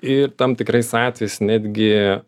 ir tam tikrais atvejais netgi